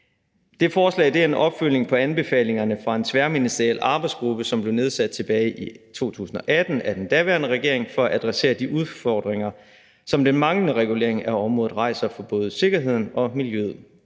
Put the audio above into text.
Det forslag er en opfølgning på anbefalingerne fra en tværministeriel arbejdsgruppe, som blev nedsat tilbage i 2018 af den daværende regering for at adressere de udfordringer, som den manglende regulering af området rejser for både sikkerheden og miljøet.